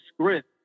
script